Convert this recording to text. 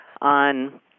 on